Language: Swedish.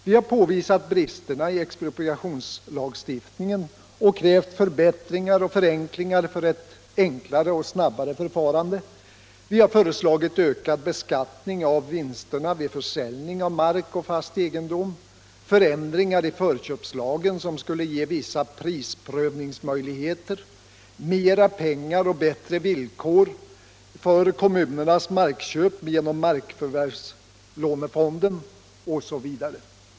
Vi har påvisat bristerna i expropriationslagstiftningen och krävt förbättringar för ett enklare och snabbare förfarande. Vi har föreslagit ökad beskattning av vinsterna vid försäljning av mark och fast egendom, förändringar i förköpslagen som skulle ge vissa prisprövningsmöjligheter, mera pengar till och bättre villkor för kommunernas markköp genom markförvärvslånefonden osv.